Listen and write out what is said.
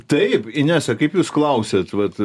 taip inesa kaip jūs klausėt vat